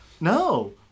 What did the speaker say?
no